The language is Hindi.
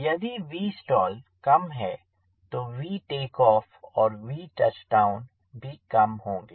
यदि Vstall कम है तो Vtake off और Vtouchdown भी कम होंगे